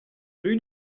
rue